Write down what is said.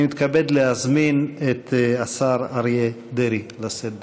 אני מתכבד להזמין את השר אריה דרעי לשאת דברים.